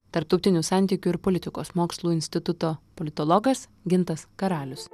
tarptautinių santykių ir politikos mokslų instituto politologas gintas karalius